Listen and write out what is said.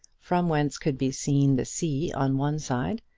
from whence could be seen the sea on one side,